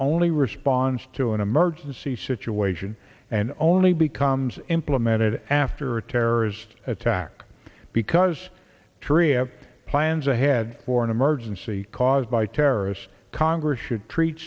only response to an emergency situation and only becomes implemented after a terrorist attack because therea plans ahead for an emergency caused by terrorists congress should treat